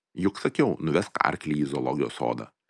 juk sakiau nuvesk arklį į zoologijos sodą